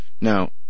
Now